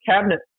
cabinet